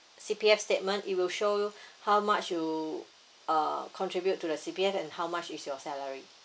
C_P_F statement it will showed how much uh contribute to the C_P_F and how much is your salary